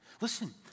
Listen